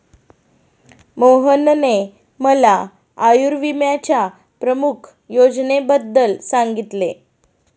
मोहनने मला आयुर्विम्याच्या प्रमुख योजनेबद्दल सांगितले